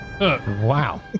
wow